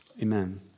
Amen